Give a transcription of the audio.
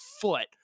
foot